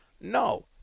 No